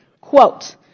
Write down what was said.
quote